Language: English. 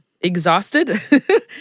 exhausted